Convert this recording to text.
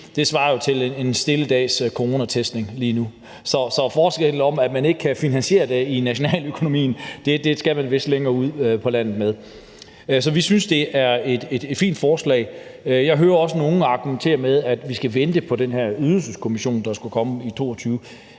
jo svarer til en stille dags coronatestning lige nu. Så at man ikke skulle kunne finansiere det i nationaløkonomien, skal man vist længere ud på landet med. Så vi synes, det er et fint forslag. Jeg hører også nogle argumentere med, at vi skal vente på den her ydelseskommission, der skulle komme i 2022,